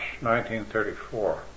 1934